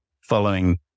following